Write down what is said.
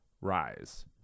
Rise